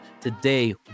today